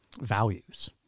values